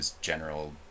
general